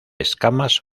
escamas